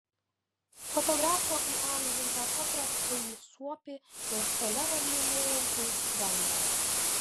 fotografo įamžintą paprastąjį suopį ir šalia varlinėjantį gandrą